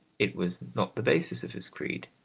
it was not the basis of his creed.